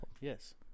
Yes